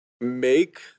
make